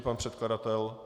Pan předkladatel?